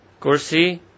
Kursi